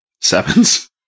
sevens